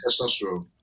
testosterone